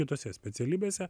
kitose specialybėse